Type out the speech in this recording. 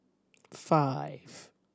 five